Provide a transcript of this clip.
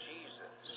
Jesus